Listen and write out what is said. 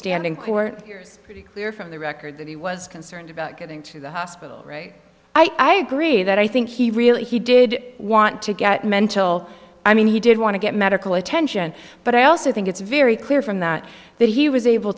stand in court hears clear from the record that he was concerned about getting to the hospital i agree that i think he really he did want to get mental i mean he did want to get medical attention but i also think it's very clear from that that he was able